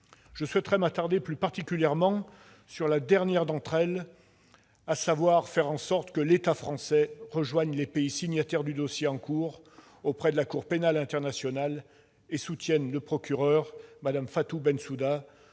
Je m'attarderai plus particulièrement sur la dernière de ces recommandations : faire en sorte que l'État français rejoigne les pays signataires du dossier en cours auprès de la Cour pénale internationale et soutienne le procureur, Mme Fatou Bensouda,